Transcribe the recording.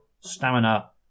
stamina